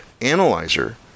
analyzer